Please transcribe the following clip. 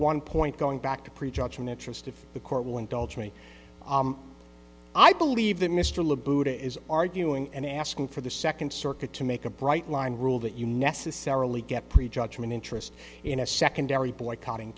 one point going back to prejudgment interest if the court will indulge me i believe that mr le buddha is arguing and asking for the second circuit to make a bright line rule that you necessarily get pre judgment interest in a secondary boycott in